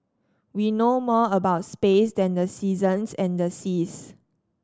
we know more about space than the seasons and the seas